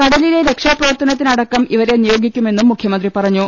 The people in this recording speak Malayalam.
കടലിലെ രക്ഷാപ്രവർത്തനത്തിനടക്കം ഇവരെ നിയോഗിക്കു മെന്നും മുഖ്യമന്ത്രി പറഞ്ഞു